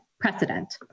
Precedent